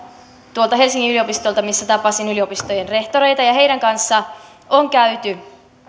tuolta helsingin yliopistolta missä tapasin yliopistojen rehtoreita ja heidän kanssaan on käyty